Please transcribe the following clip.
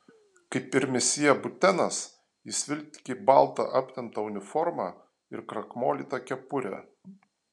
kaip ir misjė butenas jis vilki baltą aptemptą uniformą ir krakmolytą kepurę